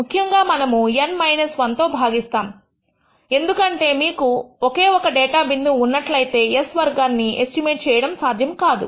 ముఖ్యంగా మనము N 1 తో భాగిస్తాము ఎందుకంటే మీకు ఒకే ఒక డేటా బిందువు ఉన్నట్లయితే s వర్గాన్ని ఎస్టిమేట్ చేయడం సాధ్యము కాదు